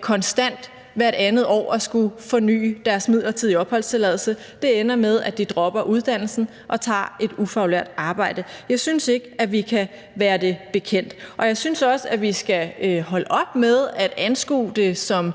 konstant hvert andet år at skulle forny deres midlertidige opholdstilladelse. Det ender med, at de dropper uddannelsen og tager et ufaglært arbejde. Jeg synes ikke, at vi kan være det bekendt. Jeg synes også, at vi skal holde op med at anskue det som